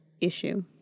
issue